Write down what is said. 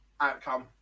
outcome